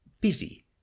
Busy